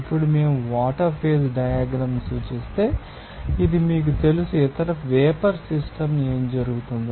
ఇప్పుడు మేము water phase diagram సూచిస్తే అది మీకు తెలుసు మరియు ఇది వేపర్ సిస్టమ్ ఏమి జరుగుతుంది